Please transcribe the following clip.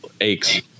aches